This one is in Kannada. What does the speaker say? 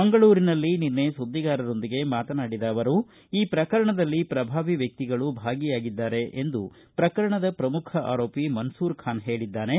ಮಂಗಳೂರಿನಲ್ಲಿ ನಿನ್ನೆ ಸುದ್ದಿಗಾರರೊಂದಿಗೆ ಮಾತನಾಡಿದ ಅವರು ಈ ಪ್ರಕರಣದಲ್ಲಿ ಪ್ರಭಾವಿ ವ್ಯಕ್ತಿಗಳು ಭಾಗಿಯಾಗಿದ್ದಾರೆ ಎಂದು ಪ್ರಕರಣದ ಪ್ರಮುಖ ಆರೋಪಿ ಮನ್ಸೂರ ಖಾನ್ ತನ್ನ ಹೇಳಿದ್ದಾನೆ